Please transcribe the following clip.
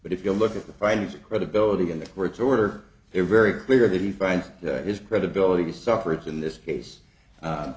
but if you look at the findings of credibility in the court's order they're very clear that he finds his credibility suffered in this case